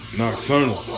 nocturnal